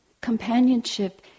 companionship